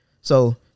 So-